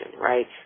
right